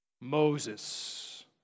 Moses